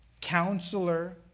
counselor